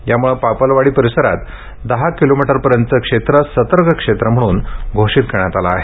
यामुळे पापलवाडी परिसरात दहा किलोमीटरपर्यंतचे क्षेत्र सतर्क क्षेत्र म्हणून घोषित करण्यात आलं आहे